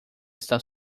está